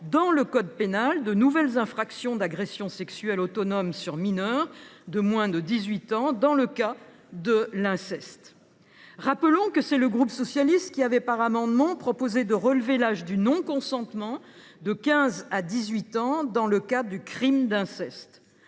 dans le code pénal de nouvelles infractions d’agressions sexuelles autonomes sur mineurs de moins de 18 ans dans le cas de l’inceste. Rappelons que c’est le groupe socialiste qui avait, par amendement, proposé de relever l’âge du non consentement de 15 à 18 ans dans le cadre du crime d’inceste.